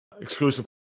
exclusive